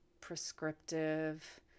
prescriptive